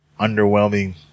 underwhelming